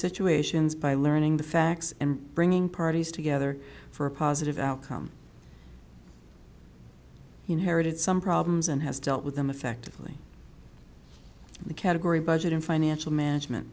situations by learning the facts and bringing parties together for a positive outcome you know heritage some problems and has dealt with them effectively the category budget and financial management